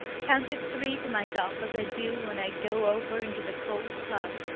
counted three to myself as i do when i go over into the cold tub,